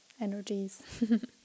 energies